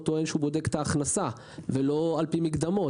שהוא בודק את ההכנסה ולא על פי מקדמות,